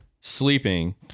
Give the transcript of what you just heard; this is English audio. sleeping